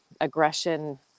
aggression